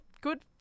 good